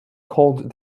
called